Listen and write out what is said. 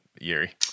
Yuri